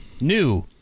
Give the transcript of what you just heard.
New